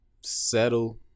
Settle